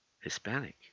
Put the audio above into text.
Hispanic